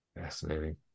Fascinating